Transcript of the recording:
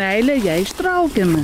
meile ją ištraukiame